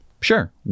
Sure